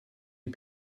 les